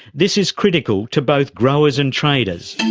this is critical to both growers and traders.